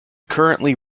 currently